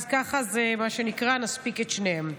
אז ככה, מה שנקרא, נספיק את שניהם.